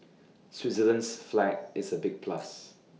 Switzerland's flag is A big plus